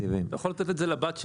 אתה יכול לתת את זה לבת שלי,